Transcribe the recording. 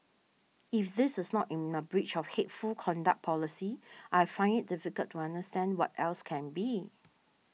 if this is not in a breach of hateful conduct policy I find it difficult to understand what else can be